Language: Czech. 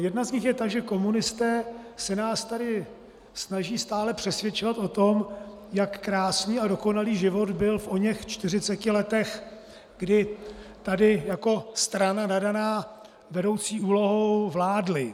Jedna z nich je ta, že komunisté se nás tady snaží stále přesvědčovat o tom, jak krásný a dokonalý život byl v oněch čtyřiceti letech, kdy tady jako strana nadaná vedoucí úlohou vládli.